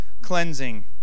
cleansing